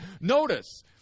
Notice